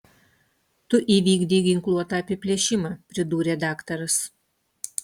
tu įvykdei ginkluotą apiplėšimą pridūrė daktaras